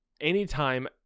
anytime